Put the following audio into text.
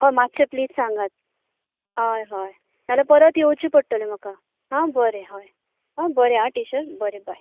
होय मात्शें प्लीज सांगात होय होय नाल्यार परत येवचें पडटलें म्हाका हां बरें होय बरें आं टिचर बरें हाय